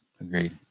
Agreed